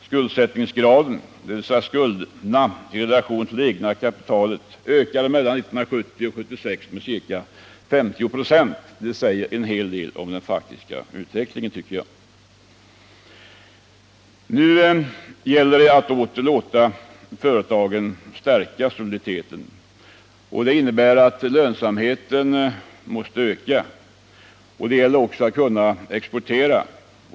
Skuldsättningsgraden — dvs. skulderna i relation till det egna kapitalet — ökade mellan 1970 och 1976 med cirka 50 26. Det säger en hel del om den faktiska utvecklingen. Nu gäller det att åter låta företagen stärka soliditeten. Lönsamheten måste med andra ord öka. Det gäller också att öka exporten.